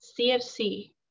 CFC